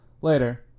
Later